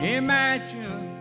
imagine